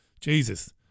Jesus